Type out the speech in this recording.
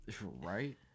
Right